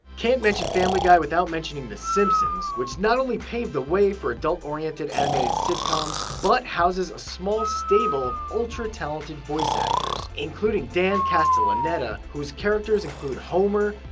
can't mention family guy without mentioning the simpsons which not only paved the way for adult-oriented animated sitcoms but houses a small stable of ultra talented voice actors. including dan castellaneta whose characters include homer,